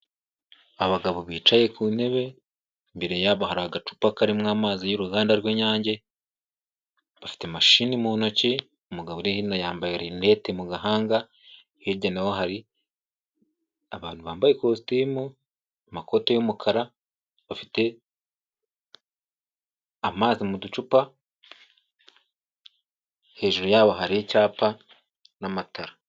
Abagabo bicaye ku ntebe, imbere yabo hari agacupa karimo amazi y'uruganda rw'Inyange, bafite mashini mu ntoki, umugabo uri hino yambaye rinete mu gahanga, hirya naho hari abantu bambaye kositimu, amakote y'umukara, bafite amazi mu ducupa, hejuru yabo hari icyapa n'amatara.